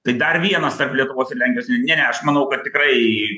tai dar vienas tarp lietuvos ir lenkijos ne ne aš manau kad tikrai